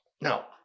Now